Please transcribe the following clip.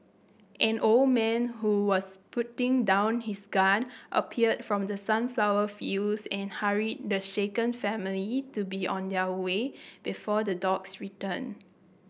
an old man who was putting down his gun appeared from the sunflower fields and hurried the shaken family to be on their way before the dogs return